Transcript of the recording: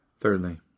Thirdly